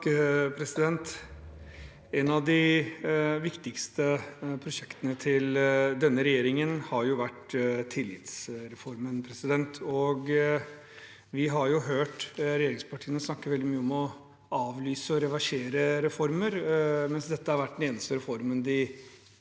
(H) Et av de viktigste prosjektene til denne regjeringen har vært tillitsreformen. Vi har jo hørt regjeringspartiene snakke veldig mye om å avlyse og reversere reformer, mens dette har vært den eneste reformen de sånn